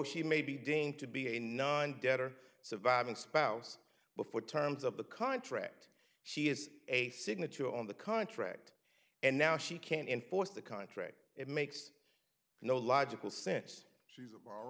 she may be deemed to be a non debtor surviving spouse before terms of the contract she is a signature on the contract and now she can't enforce the contract it makes no logical sense she's